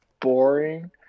boring